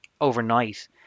overnight –